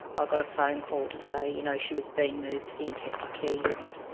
i got a phone call to say you know she was being moved to the intensive care unit,